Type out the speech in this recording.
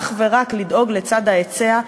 לדאוג אך ורק לצד ההיצע,